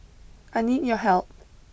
I need your help